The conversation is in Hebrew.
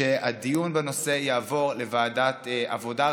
שהדיון בנושא יעבור לוועדת העבודה,